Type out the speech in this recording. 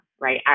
Right